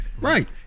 right